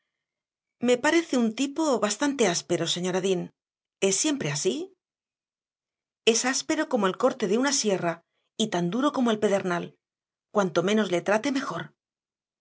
me parece un tipo bastante áspero señora dean es siempre así es áspero como el corte de una sierra y tan duro como el pedernal cuanto menos le trate mejor